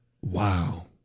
Wow